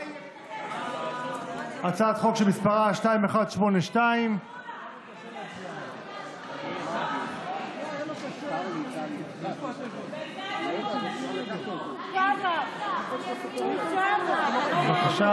הצעת חוק שמספרה 2182. בבקשה,